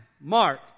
Mark